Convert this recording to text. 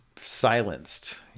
silenced